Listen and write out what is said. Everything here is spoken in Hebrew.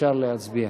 אפשר להצביע.